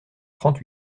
trente